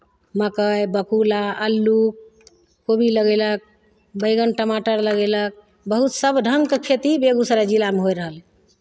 मकइ बकुला आलू कोबी लगयलक बैंगन टमाटर लगयलक बहुत सभ ढङ्गके खेती बेगूसराय जिलामे होय रहल